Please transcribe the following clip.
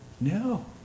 No